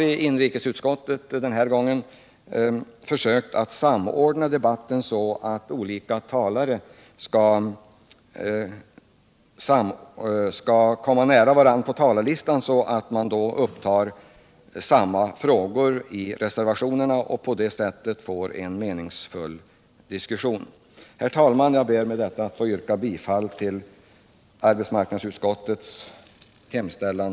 I inrikesutskottet har vi denna gång för att få en meningsfull diskussion försökt att samordna debatten, så att talare som ämnar ta upp samma frågor i reservationerna kommer att stå nära varandra på talarlistan. Herr talman! Jag ber att med det sagda på alla punkter få yrka bifall till arbetsmarknadsutskottets hemställan.